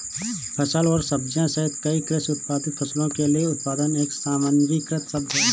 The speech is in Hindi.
फल और सब्जियां सहित कई कृषि उत्पादित फसलों के लिए उत्पादन एक सामान्यीकृत शब्द है